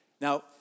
Now